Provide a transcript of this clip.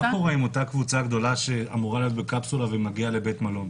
מה קורה עם אותה קבוצה גדולה שאמורה להיות בקפסולה ומגיעה לבית מלון?